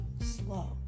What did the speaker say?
slow